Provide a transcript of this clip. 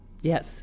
Yes